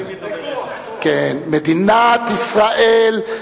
מדינת ישראל,